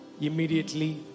immediately